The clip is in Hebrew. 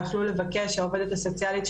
יוכלו לבקש שהעוזרת סוציאלית,